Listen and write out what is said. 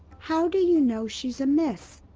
how do you know she's a miss?